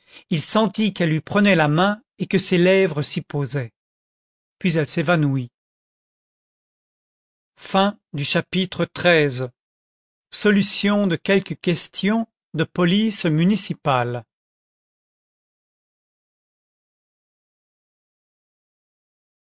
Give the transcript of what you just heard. il sentit qu'elle lui prenait la main et que ses lèvres s'y posaient puis elle s'évanouit